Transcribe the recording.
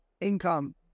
income